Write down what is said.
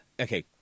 okay